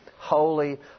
Holy